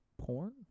porn